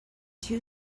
two